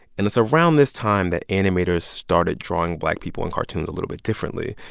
and it's around this time that animators started drawing black people in cartoons a little bit differently.